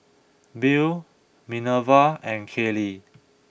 Bill Minerva and Kalie